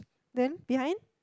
then behind